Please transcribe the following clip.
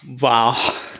Wow